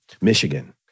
Michigan